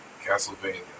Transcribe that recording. Castlevania